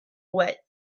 wit